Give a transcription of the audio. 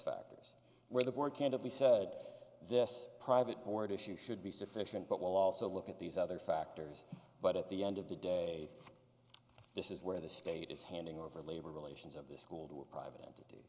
factors where the board candidly said this private board issue should be sufficient but will also look at these other factors but at the end of the day this is where the state is handing over labor relations of the school to private entity